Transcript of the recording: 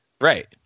Right